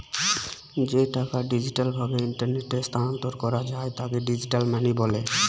যে টাকা ডিজিটাল ভাবে ইন্টারনেটে স্থানান্তর করা যায় তাকে ডিজিটাল মানি বলে